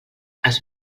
has